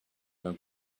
d’un